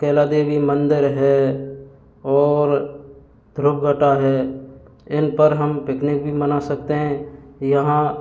कैला देवी मंदिर है और ध्रुव घटा है इन पर हम पिकनिक भी बना सकते हैं यहाँ